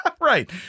Right